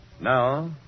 Now